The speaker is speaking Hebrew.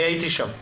אני הייתי שם.